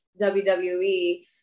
WWE